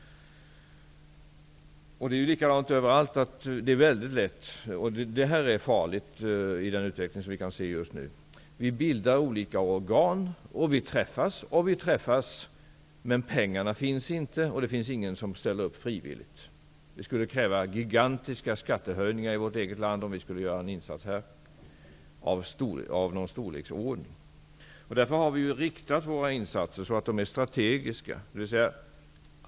Det är likadant överallt. Det är farligt med den utveckling vi kan se just nu. Vi bildar olika organ, och vi träffas och träffas, men det finns inga pengar och ingen som ställer upp frivilligt. Det skulle kräva gigantiska skattehöjningar i vårt eget land att göra en insats av någon storleksordning. Vi har därför riktat våra insatser strategiskt.